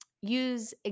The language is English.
use